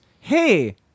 Hey